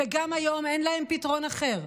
וגם היום אין להם פתרון אחר,